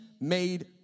made